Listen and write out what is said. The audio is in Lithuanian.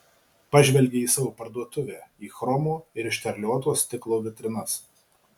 pažvelgė į savo parduotuvę į chromo ir išterlioto stiklo vitrinas